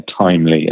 timely